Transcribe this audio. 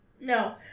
No